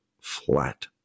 flat